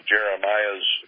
Jeremiah's